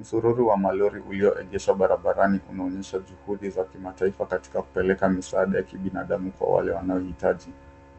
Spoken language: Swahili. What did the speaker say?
Msororo wa malori ulioegeshwa barabarani kunaonyesha juhudi za kimataifa katika kupeleka misaada ya kibinadamu kwa wale wanaohitaji.